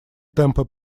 темпы